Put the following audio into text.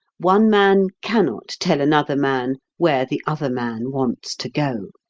one man cannot tell another man where the other man wants to go.